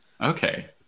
Okay